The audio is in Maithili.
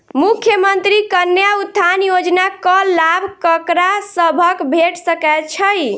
मुख्यमंत्री कन्या उत्थान योजना कऽ लाभ ककरा सभक भेट सकय छई?